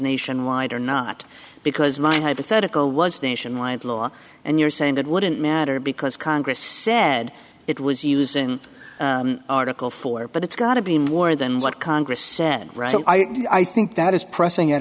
nationwide or not because my hypothetical was nation wide law and you're saying it wouldn't matter because congress said it was using article four but it's got to be more than what congress said i think that is pressing at